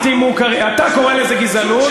בנגב,